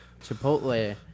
Chipotle